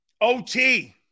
OT